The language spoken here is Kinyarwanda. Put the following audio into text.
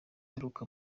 aheruka